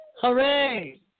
hooray